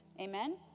Amen